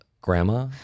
grandma